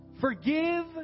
forgive